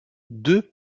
deux